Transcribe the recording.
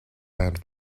and